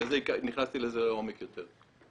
בגלל זה נכנסתי לזה לעומק יותר.